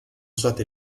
state